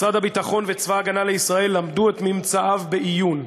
משרד הביטחון וצבא ההגנה לישראל למדו את ממצאיו בעיון.